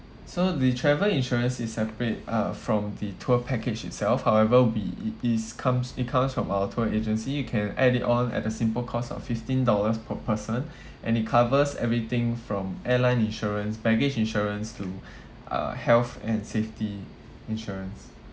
so the travel insurance is separate uh from the tour package itself however be i~ it's comes it comes from our tour agency you can add it on at the simple cost of fifteen dollars per person and it covers everything from airline insurance baggage insurance to uh health and safety insurance